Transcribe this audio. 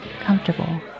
comfortable